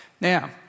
Now